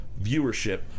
viewership